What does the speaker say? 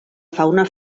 fauna